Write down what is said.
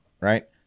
right